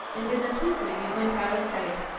and in a twinkling it went out of sight.